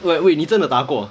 like wait 你真的打过 ah